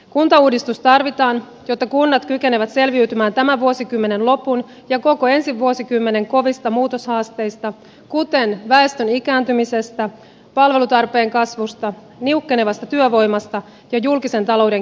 kuntauudistus tarvitaan jotta kunnat kykenevät selviytymään tämän vuosikymmenen lopun ja koko ensi vuosikymmenen kovista muutoshaasteista kuten väestön ikääntymisestä palvelutarpeen kasvusta niukkenevasta työvoimasta ja julkisen talouden kiristymisestä